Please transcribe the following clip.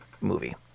movie